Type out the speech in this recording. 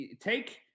take